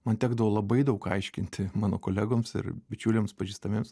man tekdavo labai daug aiškinti mano kolegoms ir bičiuliams pažįstamiems